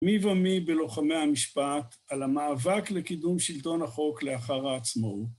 מי ומי בלוחמי המשפט על המאבק לקידום שלטון החוק לאחר העצמאות.